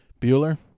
Bueller